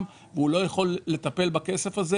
והוא לא יכול לטפל בכסף הזה,